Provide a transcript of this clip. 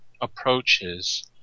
approaches